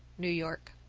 new york.